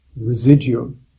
residuum